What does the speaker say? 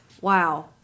Wow